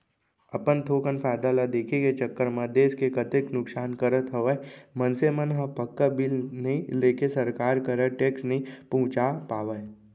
अपन थोकन फायदा ल देखे के चक्कर म देस के कतेक नुकसान करत हवय मनसे मन ह पक्का बिल नइ लेके सरकार करा टेक्स नइ पहुंचा पावय